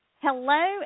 Hello